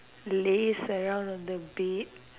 laze around on the bed